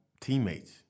teammates